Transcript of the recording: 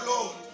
Lord